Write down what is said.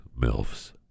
MILFs